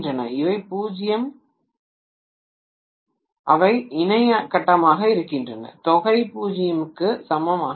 அதேசமயம் அவை இணை கட்டமாக இருக்கின்றன தொகை 0 க்கு சமமாக இல்லை